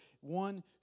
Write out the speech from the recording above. one